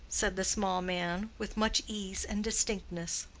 said the small man, with much ease and distinctness.